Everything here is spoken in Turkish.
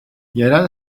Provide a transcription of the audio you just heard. yerel